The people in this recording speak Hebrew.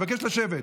אני מבקש לשבת.